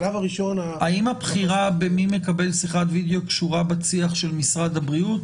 האם הבחירה מי מקבל שיחת וידאו קשורה בצי"ח של משרד הבריאות?